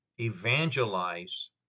evangelize